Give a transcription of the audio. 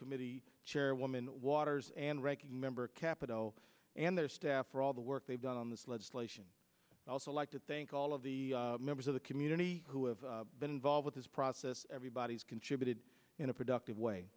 committee chairwoman waters and ranking member capitol and their staff for all the work they've done on this legislation i also like to thank all of the members of the community who have been involved with this process everybody's contributed in a productive way